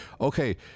okay